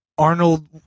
Arnold